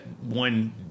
one